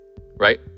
right